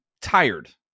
tired